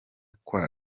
kwa